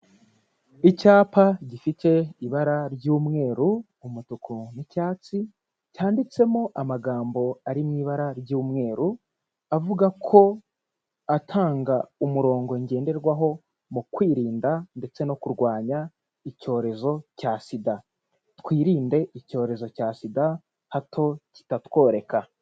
Icyapa gifite ibara ry'umweru, umutuku n'icyatsi, cyanditsemo amagambo ari mu ibara ry'umweru, avuga ko atanga umurongo ngenderwaho mu kwirinda ndetse no kurwanya icyorezo cya SIDA. Twirinde icyorezo cya sida, hato kitatworeka.